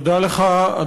תודה רבה לך.